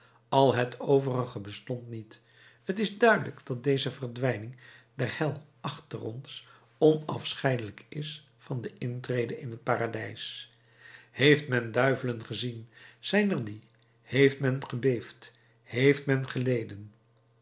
al het overige bestond niet t is duidelijk dat deze verdwijning der hel achter ons onafscheidelijk is van de intrede in het paradijs heeft men duivelen gezien zijn er die heeft men gebeefd heeft men geleden